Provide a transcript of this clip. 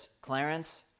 Clarence